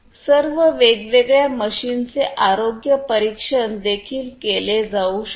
सर्व वेगवेगळ्या मशीनचे आरोग्य परीक्षण देखील केले जाऊ शकते